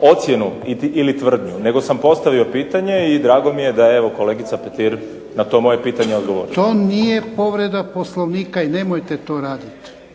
ocjenu ili tvrdnju nego sam postavio pitanje i drago mi je da je evo kolegica Petir na to moje pitanje odgovorila. **Jarnjak, Ivan (HDZ)** To nije povreda Poslovnika i nemojte to radit.